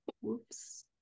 Whoops